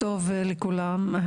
לכולם.